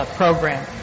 program